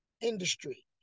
industry